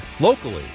locally